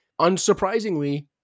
unsurprisingly